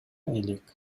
элек